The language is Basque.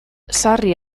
sarri